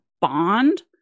bond